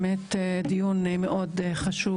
באמת דיון חשוב מאוד.